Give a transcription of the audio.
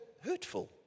hurtful